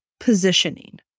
positioning